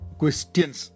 questions